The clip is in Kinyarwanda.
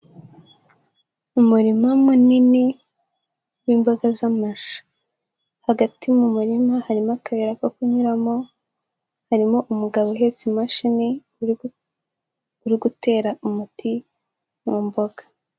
Umurima munini w'imboga z'amashu, hagati mu murima harimo akayira ko kunyuramo, harimo umugabo uhetse imashini uri gutera umuti mu mboga.